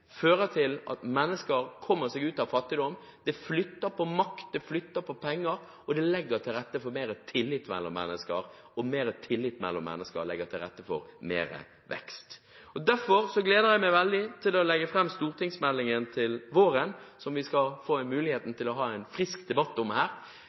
fører til at mennesker kommer seg ut av fattigdom, det flytter på makt, det flytter på penger og det legger til rette for mer tillit mellom mennesker, og mer tillit mellom mennesker legger til rette for mer vekst. Derfor gleder jeg meg veldig til å legge fram stortingsmeldingen til våren, som vi skal få muligheten til å få en